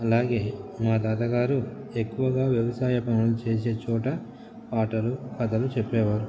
అలాగే మా తాతగారు ఎక్కువగా వ్యవసాయ పనులు చేసే చోట పాటలు కథలు చెప్పేవారు